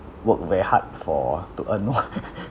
work very hard for to earn more